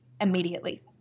immediately